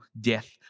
death